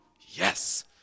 Yes